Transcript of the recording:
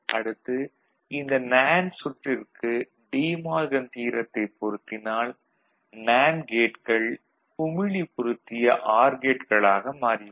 அடுத்து இந்த நேண்டு சுற்றிற்கு டீ மார்கன் தியரத்தைப் பொருத்தினால் நேண்டு கேட்கள் குமிழி பொருத்திய ஆர் கேட்களாக மாறி விடும்